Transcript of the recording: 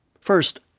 First